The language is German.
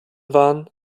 waren